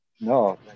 No